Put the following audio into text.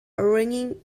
ringing